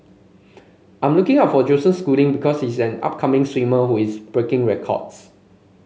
I'm looking out for Joseph Schooling because he is an upcoming swimmer who is breaking records